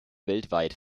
weltweit